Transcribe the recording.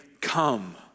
come